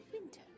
Winter